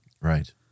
Right